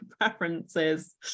preferences